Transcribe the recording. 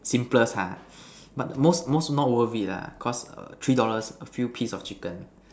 simplest ha but most most not worth it lah cause three dollars a few piece of chicken